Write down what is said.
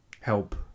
help